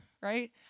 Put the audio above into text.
right